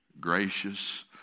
gracious